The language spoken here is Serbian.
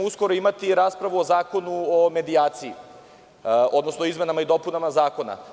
Uskoro ćemo imati i raspravu o Zakonu o medijaciji, odnosno izmenama i dopunama zakona.